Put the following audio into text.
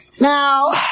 Now